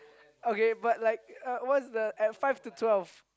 okay but like uh what's the at five to twelve